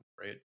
right